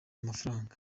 amafaranga